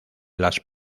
las